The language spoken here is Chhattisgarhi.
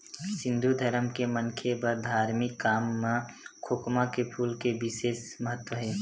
हिंदू धरम के मनखे बर धारमिक काम म खोखमा के फूल के बिसेस महत्ता हे